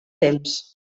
temps